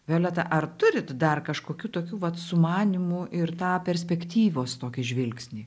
violeta ar turit dar kažkokių tokių vat sumanymų ir tą perspektyvos tokį žvilgsnį